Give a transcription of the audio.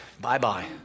Bye-bye